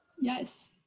Yes